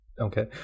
Okay